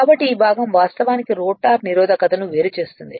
కాబట్టి ఈ భాగం వాస్తవానికి రోటర్ నిరోధకతను వేరు చేస్తుంది